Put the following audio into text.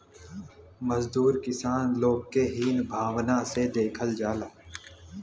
मजदूर किसान लोग के हीन भावना से देखल जाला